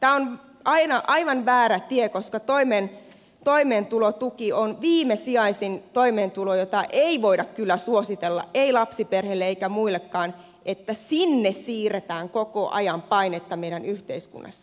tämä on aivan väärä tie koska toimeentulotuki on viimesijaisin toimeentulo jota ei voida kyllä suositella ei lapsiperheille eikä muillekaan sitä että sinne siirretään koko ajan painetta meidän yhteiskunnassa